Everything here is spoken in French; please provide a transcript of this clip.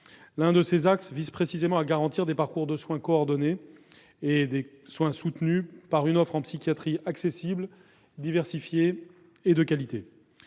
l'un de ses axes vise précisément à garantir des parcours de soins coordonnés et soutenus par une offre en psychiatrie accessible, diversifiée et de qualité.